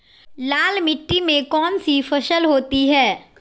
लाल मिट्टी में कौन सी फसल होती हैं?